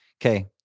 Okay